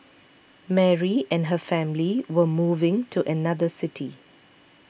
Mary and her family were moving to another city